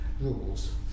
rules